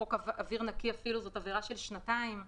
בחוק אוויר נקי זאת עבירה של שנתיים,